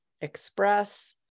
express